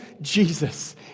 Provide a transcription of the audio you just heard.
Jesus